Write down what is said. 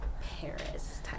Paris